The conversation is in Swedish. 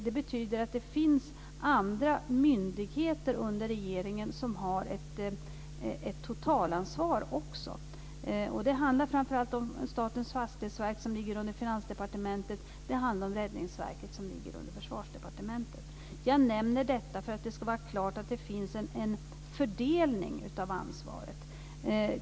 Det betyder att det finns andra myndigheter under regeringen som har ett totalansvar. Det handlar framför allt om Statens fastighetsverk, som ligger under Finansdepartementet, och om Räddningsverket, som ligger under Försvarsdepartementet. Jag nämner detta för att det ska vara klart att det finns en fördelning av ansvaret.